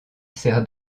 sert